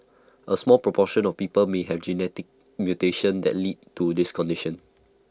A small proportion of people may have genetic mutations that lead to this condition